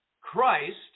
Christ